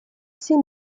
все